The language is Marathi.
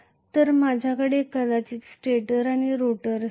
तर माझ्याकडे कदाचित स्टेटर आणि रोटर असतील